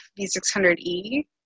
V600E